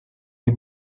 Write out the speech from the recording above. les